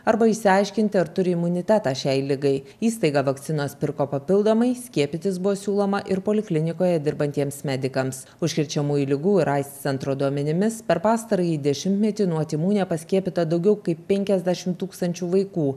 arba išsiaiškinti ar turi imunitetą šiai ligai įstaiga vakcinas pirko papildomai skiepytis buvo siūloma ir poliklinikoje dirbantiems medikams užkrečiamųjų ligų ir aids centro duomenimis per pastarąjį dešimtmetį nuo tymų nepaskiepyta daugiau kaip penkiasdešimt tūkstančių vaikų